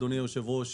אדוני היושב-ראש,